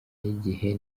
y’igihe